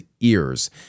ears